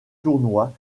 tournoi